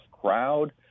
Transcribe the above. crowd